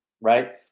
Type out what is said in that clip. right